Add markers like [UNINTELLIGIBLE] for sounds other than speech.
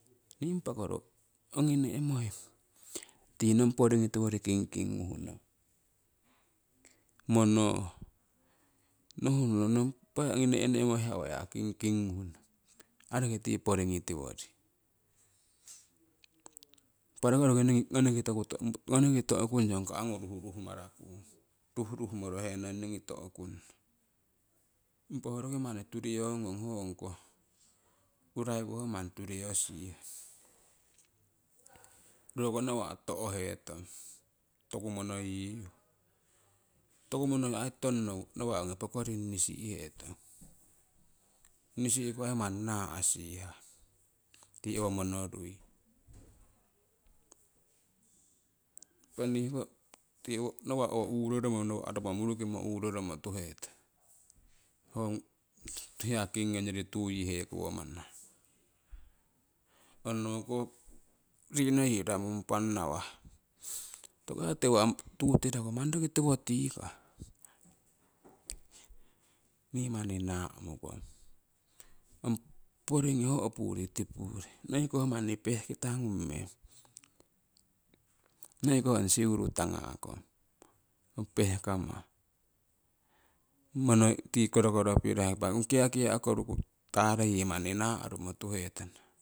Impako ro ongi ne'moi tii nong poringii tiwori kingking nguh ngong monoh nohuh ngong impah ongi nehnermoi uwaya nong kingkingngnuh ngong ai roki tii poringii tiwori. Impah roki oruki ngoniki to' ngoniki to'kungyo ongko angu ruhruh marahkung, ruhruh morohenong ningii to'kunno. Impah ho roki manni turiyo ngong ho ong koh uraiwo ho roki manni turiyo sihah. roko nawa' to'hetong toku monoyiiyu. Toku monoyiiyu ai tonno nawa' ongi pokoring nisi'hetong nisi'ku ai manni naasihah tii owo monorui. Impah nii hoko nawa' [UNINTELLIGIBLE] owo uuroromo nawa' romo murukimo uroromo tuhetong, hiya kingii ho yorii tuu yii hekowo manah onowokoh riino yii ramunpan ngawha. Toku ha tuu tiraku manni rokii tiwo tikah? Nii manni naamukong ong poringii oh opuri tipurii noikoh manni pehkitangung meng, noi koh ong siurugnung tanga'kong ong pehkomah, tii korokoro pirohaku ong kiakia' koruku taaroyii manni naarumo tuhetana.